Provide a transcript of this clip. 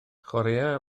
chwaraea